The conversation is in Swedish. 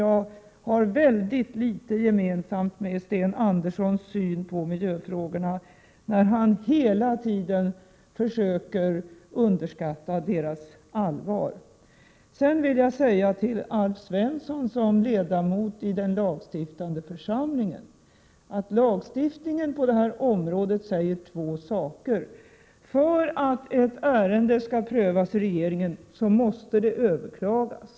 Jag har mycket litet gemensamt med Sten Andersson vad gäller synen på miljöfrågorna, vilkas allvar han hela tiden försöker underskatta. Jag vill vidare för Alf Svensson som ledamot i den lagstiftande församlingen peka på två punkter som gäller lagstiftningen på det här området. För det första: för att ett ärende skall prövas i regeringen måste det överklagas.